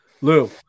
Lou